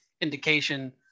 indication